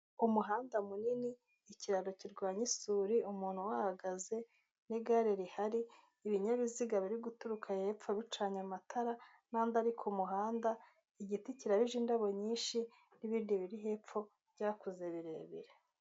Umuhanda munini ikiraro kirwanya isuri umuntu uhahagaze, n'igare rihari ibinyabiziga biri guturuka hepfo bicanye amatara, n'andi ari ku muhanda igiti kirabije indabo nyinshi, n'ibindi biri hepfo byakuze birebire.